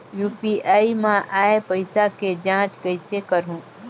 UPI मा आय पइसा के जांच कइसे करहूं?